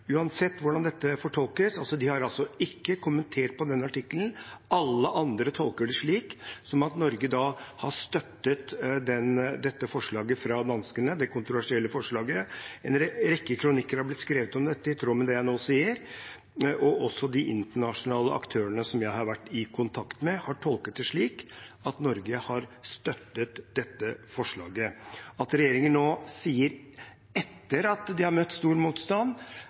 Uansett hvordan dette fortolkes: De har altså ikke kommentert denne artikkelen, alle andre tolker det slik at Norge da har støttet dette kontroversielle forslaget fra danskene. En rekke kronikker har blitt skrevet om dette, i tråd med det jeg nå sier, og også de internasjonale aktørene som jeg har vært i kontakt med, har tolket det slik at Norge har støttet dette forslaget. At regjeringen nå, etter at de har møtt stor motstand,